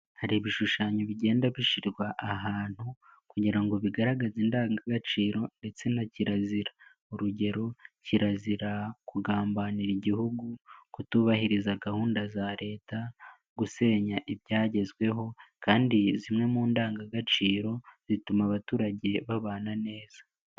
Hari ibishushanyo bigenda bishyirwa ahantu kugira ngo bigaragaze indangagaciro ndetse na kirazira, urugero kirazira kugambanira igihugu, kutubahiriza gahunda za leta, gusenya ibyagezweho kandi zimwe mu ndangagaciro zituma abaturage babana neza.